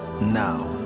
now